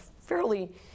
fairly